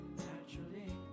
naturally